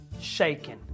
Shaking